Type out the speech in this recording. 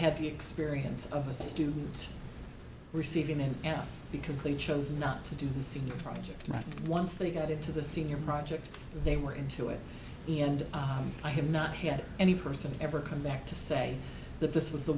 had the experience of a student receiving it and because they chose not to do the same project that once they got into the senior project they were into it and i have not had any person ever come back to say that this was the